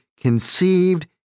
conceived